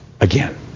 again